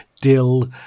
dill